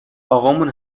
اقامون